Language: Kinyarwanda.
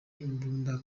imbunda